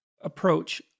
approach